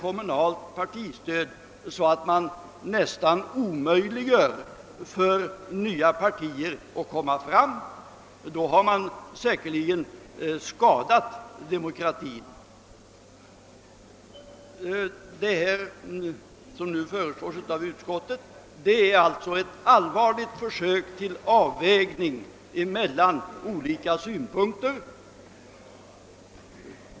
kommunalt, att man nästan omöjliggör skapandet av nya partier, ty då skadar man Säkert demokratin. : Vad utskottet här föreslagit är ett allvarligt försök till avvägning mellan olika-synpunkter.